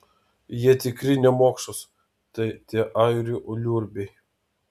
jie tikri nemokšos tie airių liurbiai